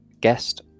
guest